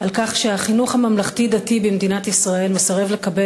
על כך שהחינוך הממלכתי-דתי במדינת ישראל מסרב לקבל